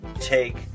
take